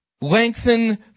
lengthen